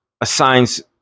assigns